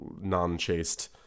non-chaste